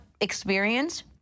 experience